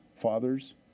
fathers